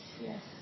yes